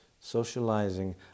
socializing